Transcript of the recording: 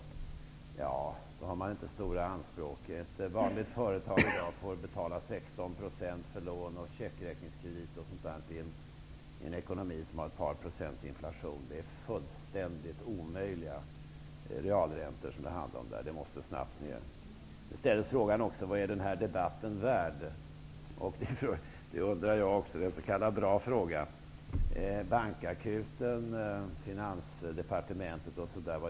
I så fall har man inte stora anspråk. Ett vanligt företag kan få betala 16 % för lån och checkräkningskredit osv. i en ekonomi som har ett par procents inflation. Det är fullständigt omöjliga realräntor som det handlar om. De måste snabbt ned. Frågan ställdes också vad denna debatt är värd. Det undrar jag också. Det är en s.k. bra fråga. Vad gör Bankakuten och Finansdepartementet?